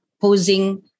posing